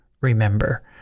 remember